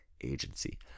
agency